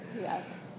Yes